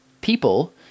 people